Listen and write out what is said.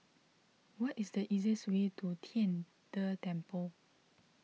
what is the easiest way to Tian De Temple